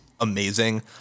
Amazing